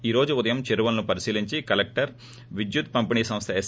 ఈ ఉదయం చెరువులను పరిశీలించిన కలెక్లర్ విద్యుత్ పంపిణీ సంస్ల ఎస్